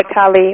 Kali